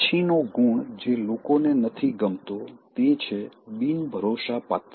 પછીનો ગુણ જે લોકોને નથી ગમતો તે છે બિનભરોસાપાત્રતા